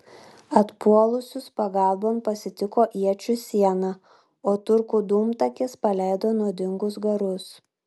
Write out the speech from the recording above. atpuolusius pagalbon pasitiko iečių siena o turkų dūmtakis paleido nuodingus garus